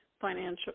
financial